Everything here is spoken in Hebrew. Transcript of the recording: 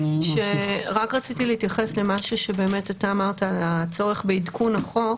רק רציתי להתייחס למשהו שאתה אמרת לגבי הצורך בעדכון החוק